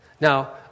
now